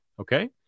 okay